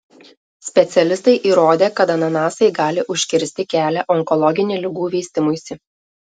specialistai įrodė kad ananasai gali užkirsti kelią onkologinių ligų vystymuisi